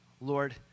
Lord